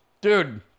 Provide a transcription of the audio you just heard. dude